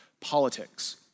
politics